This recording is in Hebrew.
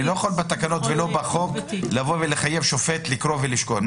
אני לא יכול לא בתקנות ולא בחוק לחייב שופט לקרוא ולשקול.